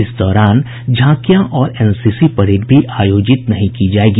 इस दौरान झांकियां और एनसीसी परेड भी आयोजित नहीं की जायेगी